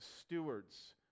stewards